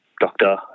doctor